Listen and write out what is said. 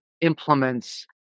implements